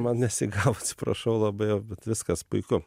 man nesigavo atsiprašau labai bet viskas puiku